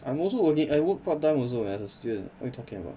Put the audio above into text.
I am also working I work part time also as a student what are you talking about